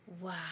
Wow